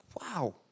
wow